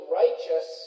righteous